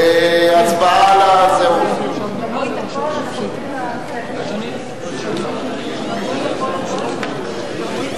בעד ההסתייגויות, 28, נגד, 59. חברת